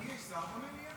אדוני, יש שר במליאה?